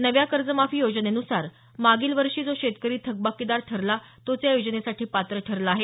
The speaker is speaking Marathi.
नव्या कर्जमाफी योजनेन्सार मागील वर्षी जो शेतकरी थकबाकीदार ठरला तोच या योनजेसाठी पात्र ठरला आहे